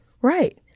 Right